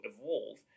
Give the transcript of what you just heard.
evolve